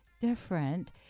different